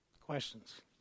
questions